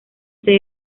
sede